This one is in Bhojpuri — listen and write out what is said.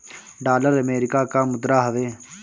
डॉलर अमेरिका कअ मुद्रा हवे